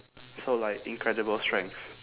so like incredible strength